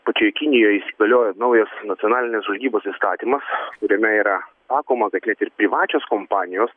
pačioj kinijoj įsigaliojo naujas nacionalinės žvalgybos įstatymas kuriame yra sakoma kad net ir privačios kompanijos